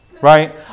Right